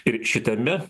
ir šitame